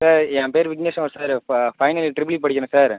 sir ஏன் பேர் Vigneshwaran sir ஃப ஃபைனல் இயர் ட்ரிபிள்இ படிக்கிறேன் சார்